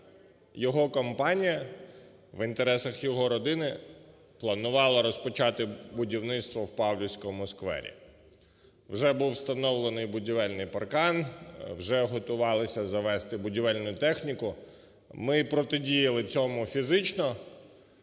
його компанія в інтересах його родини планувала розпочати будівництво у Павлівському сквері. Вже був встановлений будівельний паркан, вже готувалися завезти будівельну техніку. Ми протидіяли цьому фізично.